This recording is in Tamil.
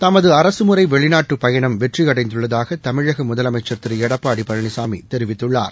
தமது அரசுமுறை வெளிநாட்டுப் பயணம் வெற்றியடைந்துள்ளதாக தமிழக முதலமைச்சர் திரு எடப்பாடி பழனிசாமி தெரிவித்துள்ளார்